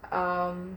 um